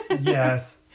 Yes